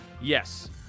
yes